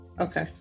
Okay